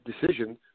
decision